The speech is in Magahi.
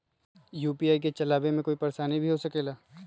यू.पी.आई के चलावे मे कोई परेशानी भी हो सकेला?